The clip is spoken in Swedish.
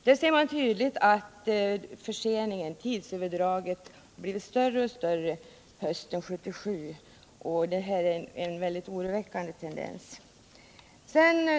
Där syns tydligt att tidsöverdraget har blivit större hösten 1977, vilket är en väldigt oroväckande tendens.